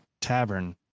tavern